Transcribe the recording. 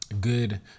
Good